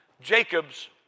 Jacob's